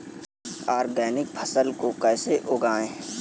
Organic फसल को कैसे उगाएँ?